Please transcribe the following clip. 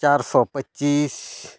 ᱪᱟᱨ ᱥᱚ ᱯᱚᱸᱪᱤᱥ